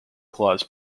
claus